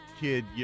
kid